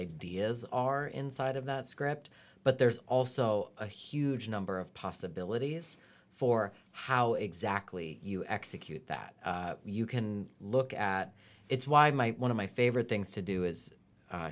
ideas are inside of the script but there's also a huge number of possibilities for how exactly you execute that you can look at it why my one of my favorite things to do is